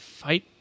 fight